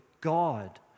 God